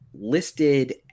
listed